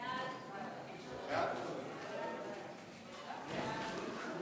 ההצעה להעביר את הצעת חוק הרשות הארצית לכבאות והצלה (תיקון מס' 3),